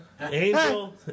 Angel